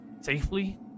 Safely